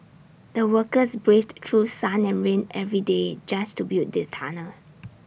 the workers braved through sun and rain every day just to build the tunnel